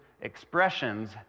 expressions